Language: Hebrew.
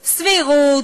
סבירות,